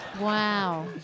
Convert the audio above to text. Wow